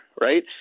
right